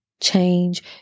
change